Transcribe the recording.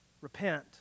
repent